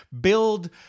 build